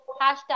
hashtag